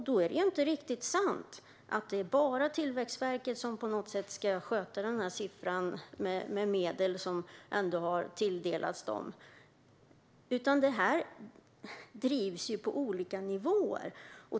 Då är det inte riktigt sant att det bara är Tillväxtverket som på något sätt ska sköta siffran med medel som har tilldelats dem, utan det drivs på olika nivåer.